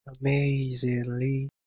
Amazingly